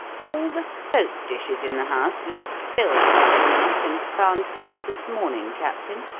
all the soap dishes in the house left filled last night and found filled this morning, captain?